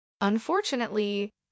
Unfortunately